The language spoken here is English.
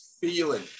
feeling